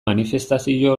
manifestazio